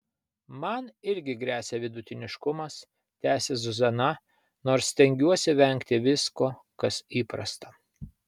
man irgi gresia vidutiniškumas tęsia zuzana nors stengiuosi vengti visko kas įprasta